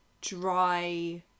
dry